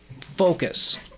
focus